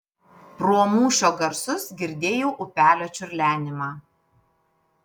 pro mūšio garsus girdėjau upelio čiurlenimą